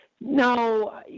No